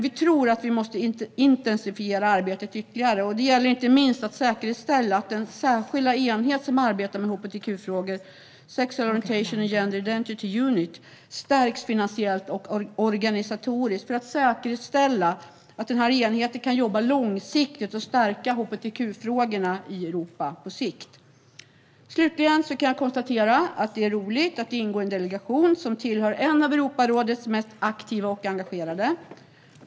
Vi tror dock att vi måste intensifiera arbetet ytterligare, och det gäller inte minst att säkerställa att den särskilda enhet som arbetar med hbtq-frågor - Sexual Orientation and Gender Identity unit - stärks finansiellt och organisatoriskt för att säkerställa att den kan jobba långsiktigt och stärka hbtq-frågorna i Europa på sikt. Slutligen kan jag konstatera att det är roligt att ingå i en delegation som hör till Europarådets mest aktiva och engagerade.